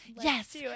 yes